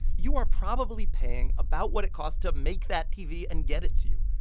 you are probably paying about what it costs to make that tv and get it to you.